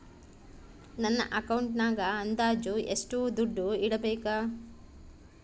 ನನ್ನ ಅಕೌಂಟಿನಾಗ ಅಂದಾಜು ಎಷ್ಟು ದುಡ್ಡು ಇಡಬೇಕಾ?